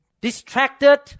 distracted